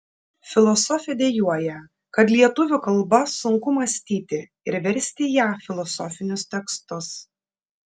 filosofė dejuoja kad lietuvių kalba sunku mąstyti ir versti į ją filosofinius tekstus